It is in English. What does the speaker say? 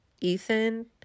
Ethan